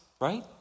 right